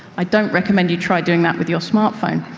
i don't recommend you try doing that with your smart phone.